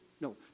no